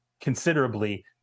considerably